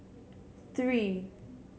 three